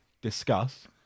Discuss